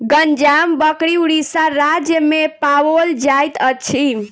गंजाम बकरी उड़ीसा राज्य में पाओल जाइत अछि